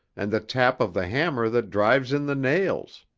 and the tap of the hammer that drives in the nails.